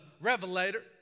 Revelator